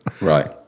Right